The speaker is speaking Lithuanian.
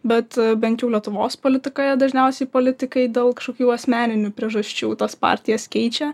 bet bent jau lietuvos politikoje dažniausiai politikai dėl kažkokių asmeninių priežasčių tas partijas keičia